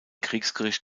kriegsgericht